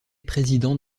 président